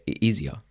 easier